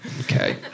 Okay